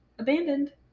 Abandoned